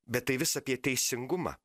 bet tai vis apie teisingumą